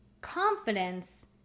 Confidence